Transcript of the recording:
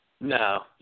No